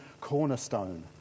Cornerstone